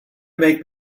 make